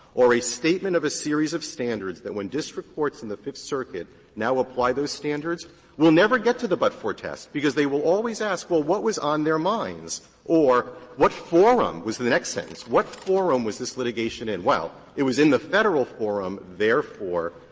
or a statement of a series of standards that when district courts in the fifth circuit now apply those standards we'll never get to the but-for test, because they will always ask, well, what was on their minds or what forum was the the next sentence what forum was this litigation in? well, it was in the federal forum, therefore,